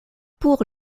pour